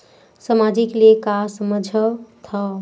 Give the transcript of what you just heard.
सामाजिक ले का समझ थाव?